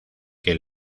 que